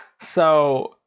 so,